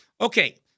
Okay